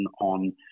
on